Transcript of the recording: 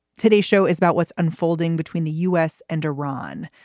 today's show is about what's unfolding between the u s. and iran.